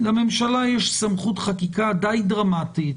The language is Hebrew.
לממשלה יש סמכות חקיקה די דרמטית,